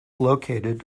located